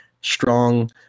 strong